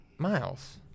Miles